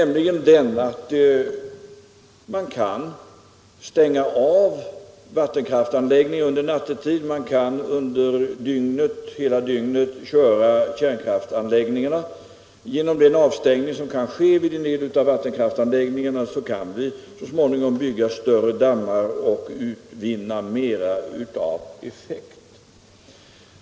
Man kan nämligen stänga av vattenkraftanläggningen nattetid medan kärnkraftanläggningen går dygnet runt. Tack vare den avstängning som kan ske av en del av vattenkraftanläggningarna kan vi så småningom bygga större dammar och utvinna mera av kraft.